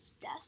death